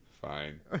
Fine